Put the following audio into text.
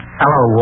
hello